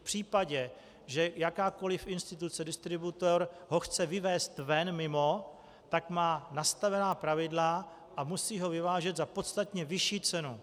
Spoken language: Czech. V případě, že jakákoliv instituce, distributor ho chce vyvézt ven mimo, tak má nastavená pravidla a musí ho vyvážet za podstatně vyšší cenu.